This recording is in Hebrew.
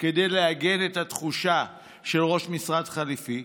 כדי לעגן את התחושה של ראש משרד חליפי,